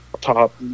top